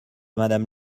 madame